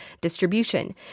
distribution